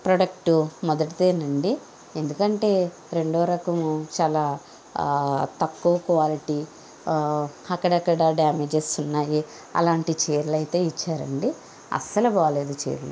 product మొదటిదే నండి ఎందుకంటే రెండో రకము చాలా తక్కువ క్వాలిటీ అక్కడక్కడ డ్యామేజెస్ ఉన్నాయి అలాంటి చీరలైతే ఇచ్చారండి అస్సలు బాగలేదు చీరలు